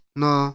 no